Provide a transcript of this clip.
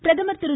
பிரதமர் திரு